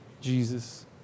Jesus